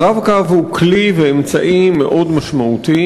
ה"רב-קו" הוא כלי ואמצעי מאוד משמעותי,